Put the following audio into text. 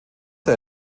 der